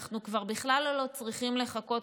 אנחנו כבר בכלל לא צריכים לחכות,